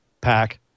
Pack